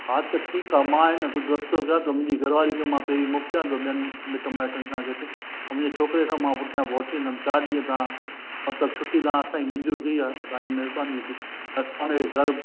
हा त ठीकु आहे मां इन कुझु रस्तो ॾिया त मुंहिंजी घर वारी खे मां पहिरीं मोकलिया थो ॿियनि मिटु माइटनि सां गॾु ऐं मुंहिंजे छोकिरे सां मां पुठिया पोहची वेंदमि चारि ॾीहं तव्हां मतिलबु छुटी तव्हां असांजी मंज़ूर कई आहे तव्हांजी महिरबानी बसि हाणे घर